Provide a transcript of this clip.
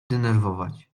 denerwować